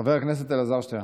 חבר הכנסת אלעזר שטרן.